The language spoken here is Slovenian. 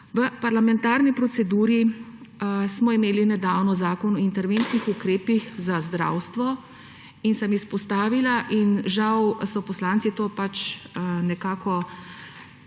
V parlamentarni proceduri smo imeli nedavno zakon o interventnih ukrepih za zdravstvo in sem izpostavila in žal so poslanci to pač nekako